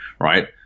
right